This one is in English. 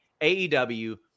AEW